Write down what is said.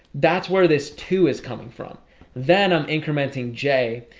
that's where this two is coming from then i'm incrementing j.